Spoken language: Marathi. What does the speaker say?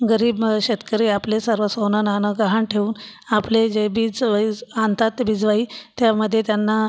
गरीब मं शेतकरी आपले सर्व सोनंनानं गहाण ठेवून आपले जे बीचंवाईज आनतात ते बिजवाई त्यामध्ये त्यांना